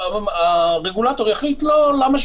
והרגולטור יחליט: למה?